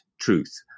truth